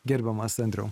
gerbiamas andriau